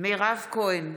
מירב כהן,